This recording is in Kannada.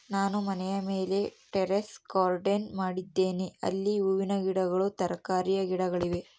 ನಾನು ಮನೆಯ ಮೇಲೆ ಟೆರೇಸ್ ಗಾರ್ಡೆನ್ ಮಾಡಿದ್ದೇನೆ, ಅಲ್ಲಿ ಹೂವಿನ ಗಿಡಗಳು, ತರಕಾರಿಯ ಗಿಡಗಳಿವೆ